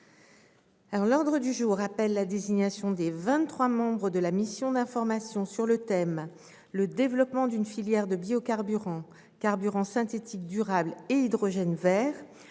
L'ordre du jour appelle la désignation des vingt-trois membres de la mission d'information sur le thème :« Le développement d'une filière de biocarburants, carburants synthétiques durables et hydrogène vert ».